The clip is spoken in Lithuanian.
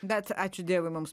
bet ačiū dievui mums